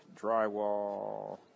drywall